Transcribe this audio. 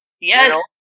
Yes